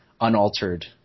unaltered